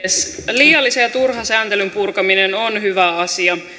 liiallisen ja turhan sääntelyn purkaminen on hyvä asia